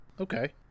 Okay